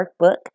workbook